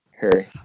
Harry